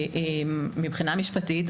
מבחינה משפטית,